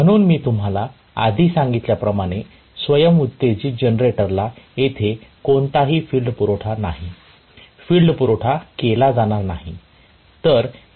म्हणून मी तुम्हाला आधी सांगितल्याप्रमाणे स्वयं उत्तेजित जनरेटरला येथे कोणताही फील्ड पुरवठा नाही फील्ड पुरवठा केला जाणार नाही